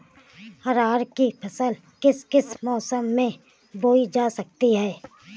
अरहर की फसल किस किस मौसम में बोई जा सकती है?